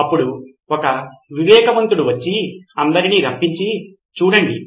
అప్పుడు ఒక వివేకవంతుడు వచ్చి అందరిని రప్పించి "చూడండి